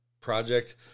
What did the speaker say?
project